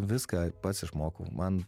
viską pats išmokau man